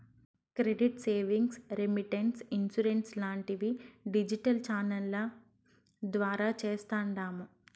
credit savings, remittance, insurance లాంటివి digital ఛానెల్ల ద్వారా చేస్తాండాము